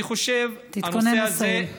אני חושב, תתכונן לסיים.